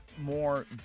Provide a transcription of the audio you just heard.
more